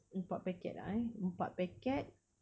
empat packet lah eh empat packet